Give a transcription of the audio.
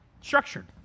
structured